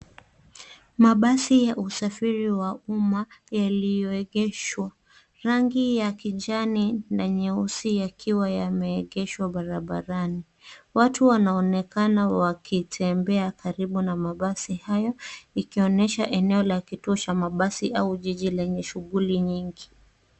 Mabasi ya usafiri wa umma, yaliyoegeshwa. Rangi ya kijani na nyeusi yakiwa yameegeshwa barabarani. Watu wanaonekana wakitembea karibu na mabasi hayo, ikionesha eneo la kituo cha mabasi au jiji lenye shughuli nyingi.